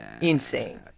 insane